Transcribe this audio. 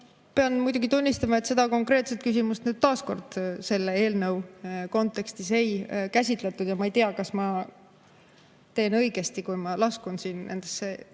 pean muidugi tunnistama, et seda konkreetset küsimust taas kord selle eelnõu kontekstis ei käsitletud. Ma ei tea, kas ma teen õigesti, kui ma laskun nendesse